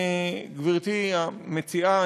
גברתי המציעה,